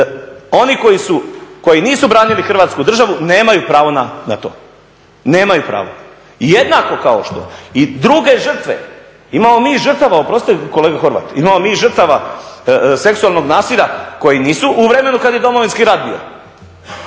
Oni koji nisu branili Hrvatsku državu, nemaju pravo na to. Nemaju pravo jednako kao što i druge žrtve, imamo mi žrtava, oprostite kolega Horvat, imamo mi žrtava seksualnog nasilja koje nisu u vremenu kad je Domovinski rat bio,